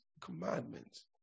commandments